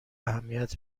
اهمیت